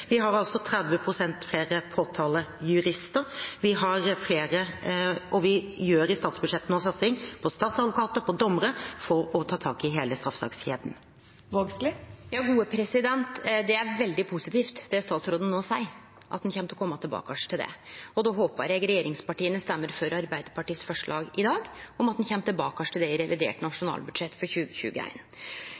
Vi har altså 30 pst. flere påtalejurister, og vi gjør i statsbudsjettet nå en satsing på statsadvokater og på dommere for å ta tak i hele straffesakskjeden. Det er veldig positivt, det statsråden no seier, at ein kjem til å kome tilbake til det. Då håper eg at regjeringspartia røystar for Arbeidarpartiets forslag i dag, om at ein kjem tilbake til det i revidert nasjonalbudsjett for